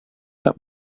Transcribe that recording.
tak